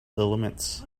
elements